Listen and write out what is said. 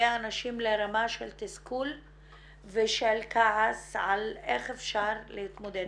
אנשים לרמה של תסכול ושל כעס על איך אפשר להתמודד,